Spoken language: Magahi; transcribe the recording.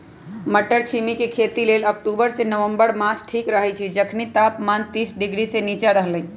मट्टरछिमि के खेती लेल अक्टूबर से नवंबर मास ठीक रहैछइ जखनी तापमान तीस डिग्री से नीचा रहलइ